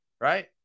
right